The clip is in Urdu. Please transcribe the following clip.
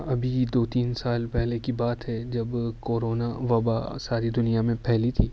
ابھی دو تین سال پہلے کی بات ہے جب کورونا وبا ساری دنیا میں پھیلی تھی